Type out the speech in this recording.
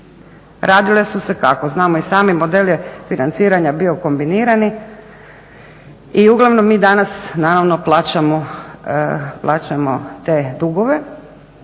Radile su se kako znamo. Model je financiranja bio kombinirani. I uglavnom mi danas naravno plaćamo te dugove,